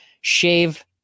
shave